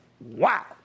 Wow